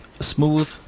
smooth